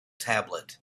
tablet